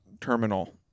terminal